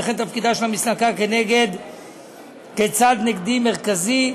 וכן תפקידה של המסלקה כצד נגדי מרכזי.